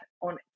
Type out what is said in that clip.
on